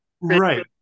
right